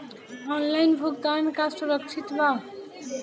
Online भुगतान का सुरक्षित बा?